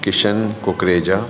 Kishan Kukreja